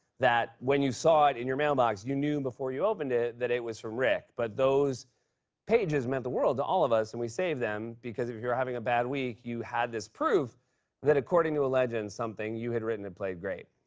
that when you saw in it and your mailbox, you knew before you opened it that it was from rick. but those pages meant the world to all of us, and we saved them. because if you were having a bad week, you had this proof that according to a legend, something you had written had played great.